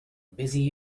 busy